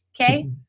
okay